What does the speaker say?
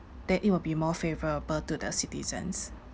that it will be more favourable to the citizens